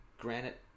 granite